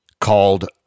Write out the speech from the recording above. called